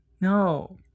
No